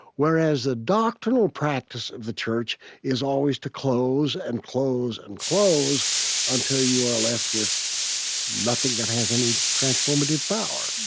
whereas the doctrinal practice of the church is always to close and close and close until you are left with nothing that has any transformative power.